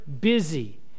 busy